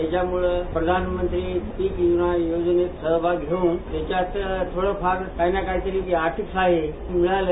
त्याच्यामुळे प्रधानमंत्री पीक विमा योजनेत सहभाग घेऊन त्याच्यात थोड फार काहीना काही आर्थिक सहाय्य मिळालं